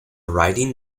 riding